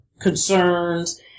concerns